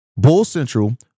BULLCENTRAL